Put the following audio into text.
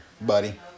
buddy